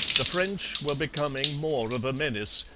the french were becoming more of a menace,